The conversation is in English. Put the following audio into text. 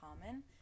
common